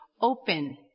open